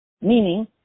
meaning